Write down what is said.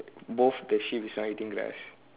both the sheep is not eating grass